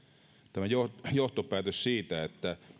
tämä johtopäätös siitä että